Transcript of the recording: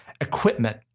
equipment